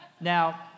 Now